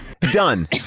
Done